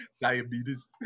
Diabetes